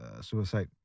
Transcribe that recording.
suicide